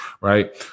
right